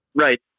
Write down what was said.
Right